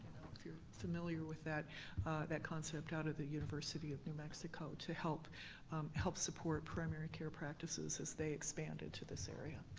if you're familiar with that that concept out of the university of new mexico to help help support primary care practices as they expand into this area.